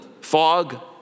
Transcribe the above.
fog